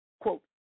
Quote